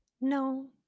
No